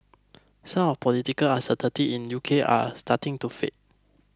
some of the political uncertainty in the UK are starting to fade